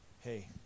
hey